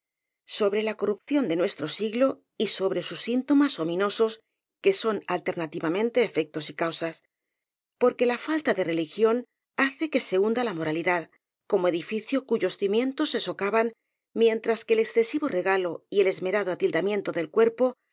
sobre la corrup ción de nuestro siglo y sobre sus síntomas omino sos que son alternativamente efectos y causas por que la falta de religión hace que se hunda la mo ralidad como edificio cuyos cimientos se socavan mientras que el excesivo regalo y el esmerado atil damiento del cuerpo